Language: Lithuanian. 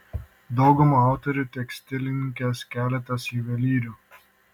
dauguma autorių tekstilininkės keletas juvelyrių